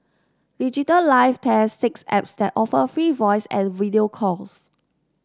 Digital Life tests six apps that offer free voice and video calls